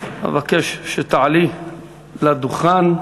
אבקש שתעלי לדוכן,